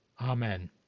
Amen